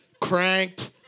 cranked